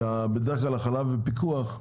בדרך כלל החלב בפיקוח,